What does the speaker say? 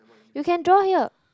you can draw here